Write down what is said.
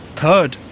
third